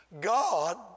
God